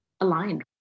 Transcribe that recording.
aligned